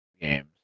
games